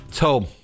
Tom